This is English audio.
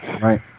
Right